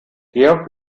georg